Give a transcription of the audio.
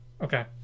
Okay